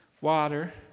water